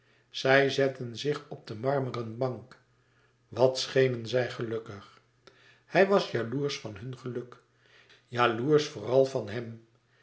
zij zetten zich op de marmeren bank wat schenen zij gelukkig hij was jaloersch van hun geluk jaloersch vooral van hem